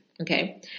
Okay